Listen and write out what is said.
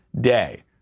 day